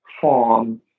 form